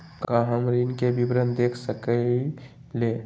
का हम ऋण के विवरण देख सकइले?